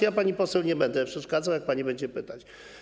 Ja pani poseł nie będę przeszkadzał, jak pani będzie pytać.